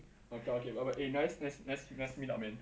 okay okay err bye bye eh nice nice nice nice meet up man